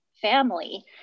family